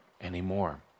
anymore